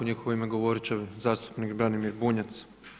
U njihovo ime govorit će zastupnik Branimir Bunjac.